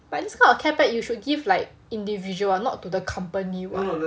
but this kind of care pack you should give like individuals [what] not to the company [what]